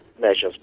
measures